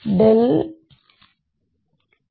ಹಾಗೆ